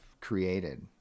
created